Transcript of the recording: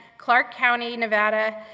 clark county, nevada,